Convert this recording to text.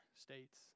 states